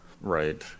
right